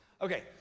Okay